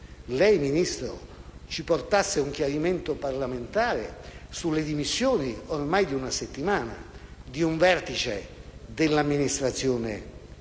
lei, Ministro, ci avesse portato un chiarimento parlamentare sulle dimissioni (ormai di una settimana fa) di un vertice dell'amministrazione